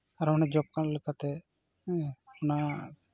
ᱟᱨᱚ ᱚᱱᱟ job card ᱞᱮᱠᱟᱛᱮ ᱦᱮᱸ ᱚᱱᱟ